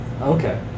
Okay